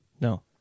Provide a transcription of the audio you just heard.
No